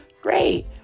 great